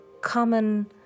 common